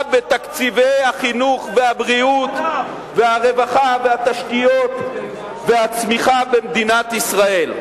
בתקציבי החינוך והבריאות והרווחה והתשתיות והצמיחה במדינת ישראל.